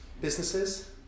businesses